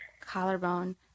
Collarbone